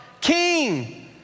King